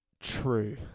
True